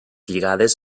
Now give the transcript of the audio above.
lligades